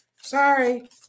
Sorry